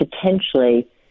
potentially